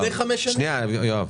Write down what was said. יואב,